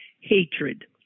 hatred